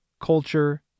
culture